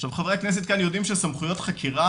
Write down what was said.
עכשיו חה"כ כאן יודעים שסמכויות חקירה,